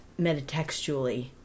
metatextually